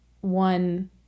one